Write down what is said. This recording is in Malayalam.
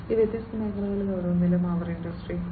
ഈ വ്യത്യസ്ത മേഖലകളിൽ ഓരോന്നിലും അവർ ഇൻഡസ്ട്രി 4